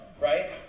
right